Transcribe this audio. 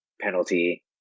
penalty